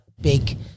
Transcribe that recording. big